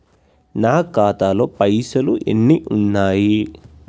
నా ఖాతాలో పైసలు ఎన్ని ఉన్నాయి?